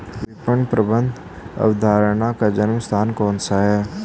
विपणन प्रबंध अवधारणा का जन्म स्थान कौन सा है?